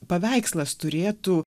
paveikslas turėtų